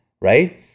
Right